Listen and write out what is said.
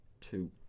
two